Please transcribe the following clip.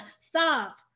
Stop